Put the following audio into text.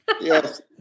Yes